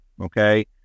Okay